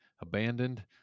abandoned